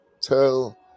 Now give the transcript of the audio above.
tell